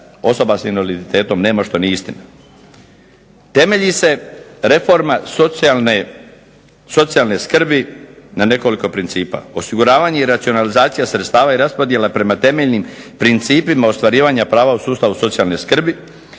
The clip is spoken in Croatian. osoba s invaliditetom nema, što nije istina. Temelji se reforma socijalne skrbi na nekoliko principa, osiguravanje i racionalizacija sredstava i raspodjela prema temeljnim principima ostvarivanja prava u sustavu socijalne skrbi,